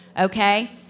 Okay